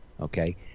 Okay